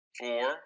four